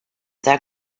that